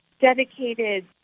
dedicated